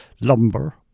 lumber